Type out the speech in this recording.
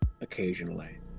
occasionally